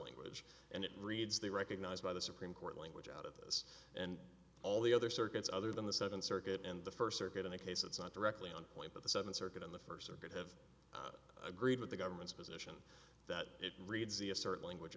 language and it reads they recognized by the supreme court language out of this and all the other circuits other than the seventh circuit and the first circuit in the case it's not directly on point but the seventh circuit in the first circuit have agreed with the government's position that it reads the a certain language